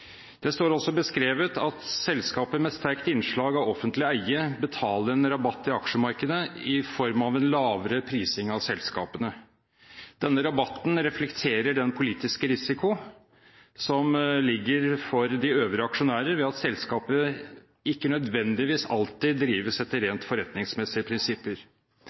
Det står også beskrevet at selskaper med sterkt innslag av offentlig eie betaler en rabatt i aksjemarkedet i form av en lavere prising av selskapene. Denne rabatten reflekterer den politiske risiko som foreligger for de øvrige aksjonærer, ved at selskapet ikke nødvendigvis alltid drives etter rent forretningsmessige prinsipper.